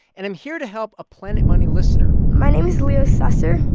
and i'm here to help a planet money listener my name is leo susser.